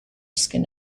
skin